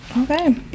Okay